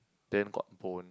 then got bone